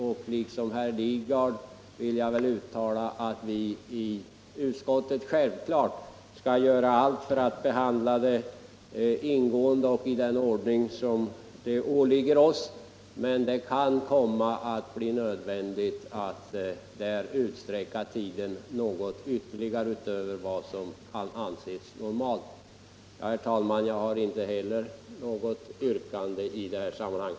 Jag vill uttala Onsdagen den att vi i utskottet självfallet skall göra allt för att behandla dem ingående 14 maj 1975 och i den ordning som det åligger oss att följa. Det kan dock komma att bli nödvändigt att där utsträcka handläggningstiden något utöver vad = Riktlinjer för som får anses normalt. invandraroch Herr talman! Inte heller jag har något yrkande i detta sammanhang.